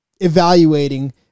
evaluating